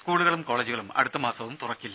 സ്കൂളുകളും കോളജുകളും അടുത്തമാസവും തുറക്കില്ല